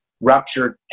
ruptured